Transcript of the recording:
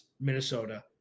minnesota